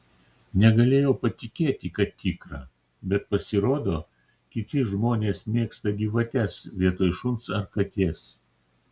negalėjau patikėti kad tikra bet pasirodo kiti žmonės mėgsta gyvates vietoj šuns ar katės